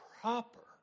Proper